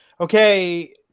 okay